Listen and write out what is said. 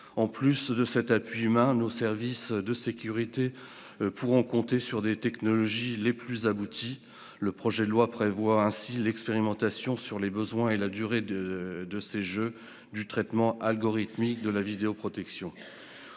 En plus de cet appui humain, nos services de sécurité pourront compter sur les technologies les plus abouties. Le projet de loi prévoit ainsi l'expérimentation, sur la durée et pour les besoins des Jeux, du traitement algorithmique de la vidéoprotection.